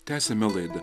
tęsiame laidą